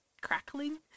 crackling